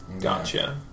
Gotcha